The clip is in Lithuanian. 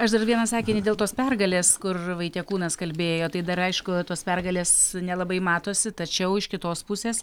aš dar vieną sakinį dėl tos pergalės kur vaitiekūnas kalbėjo tai dar aišku tos pergalės nelabai matosi tačiau iš kitos pusės